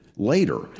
later